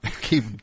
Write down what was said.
keep